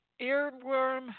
earworm